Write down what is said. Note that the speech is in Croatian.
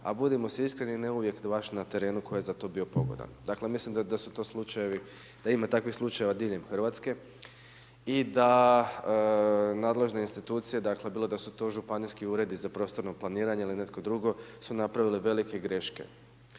a budimo si iskreni ne uvijek, baš na terenu koji je za to bio pogodan. Dakle mislim da su to slučajevi, da ima takvih slučajeva diljem Hrvatske i da nadležne institucije, dakle bilo da su to županijski uredi za prostorno planiranje ili netko drugo su napravile velike greške.